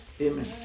Amen